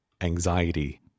anxiety